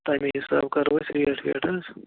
تَمی حسابہٕ کرو أسۍ ریٹ ویٹ حظ